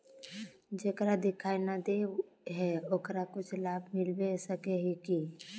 जेकरा दिखाय नय दे है ओकरा कुछ लाभ मिलबे सके है की?